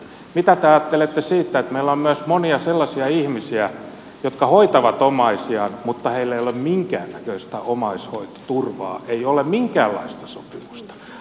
mitä te ajattelette siitä että meillä on myös monia sellaisia ihmisiä jotka hoitavat omaisiaan mutta heillä ei ole minkäännäköistä omaishoitoturvaa ei minkäänlaista sopimusta